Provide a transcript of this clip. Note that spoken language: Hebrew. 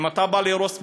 אם אתה בא להרוס בית,